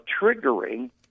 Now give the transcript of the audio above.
triggering